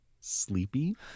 sleepy